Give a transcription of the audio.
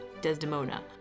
Desdemona